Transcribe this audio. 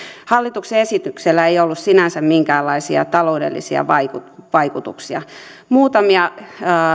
hallituksen esityksellä ei ollut sinänsä minkäänlaisia taloudellisia vaikutuksia vaikutuksia muutamia